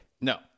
No